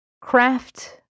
craft